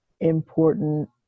important